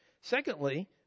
Secondly